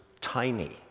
tiny